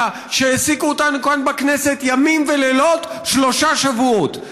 שהעסיקו אותנו כאן בכנסת ימים ולילות שלושה שבועות.